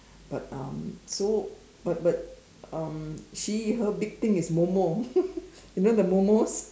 but um so but but um she her big thing is momo you know the momos